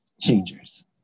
changers